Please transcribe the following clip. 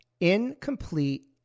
incomplete